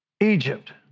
Egypt